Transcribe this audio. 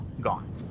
gone